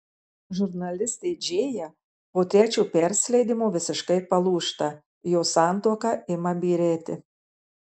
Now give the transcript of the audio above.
žurnalistė džėja po trečio persileidimo visiškai palūžta jos santuoka ima byrėti